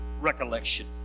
recollection